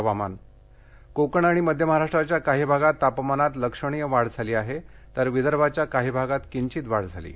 हवामान कोकण आणि मध्य महाराष्ट्राच्या काही भागात तापमानात लक्षणीय वाढ झाली आहे तर विदर्भाच्या काही भागात किंचित वाढ झाली आहे